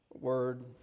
word